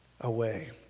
away